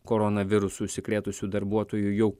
koronavirusu užsikrėtusiu darbuotoju jau